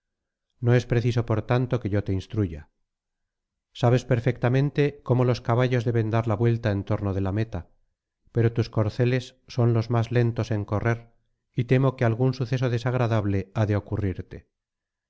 xo es preciso por tanto que yo te instruya sabes perfectamente cómo los caballos deben dar la vuelta en torno de la meta pero tus corceles son los más lentos en correr y temo que algún suceso desagradable ha de ocurrirte